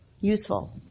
Useful